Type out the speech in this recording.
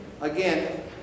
Again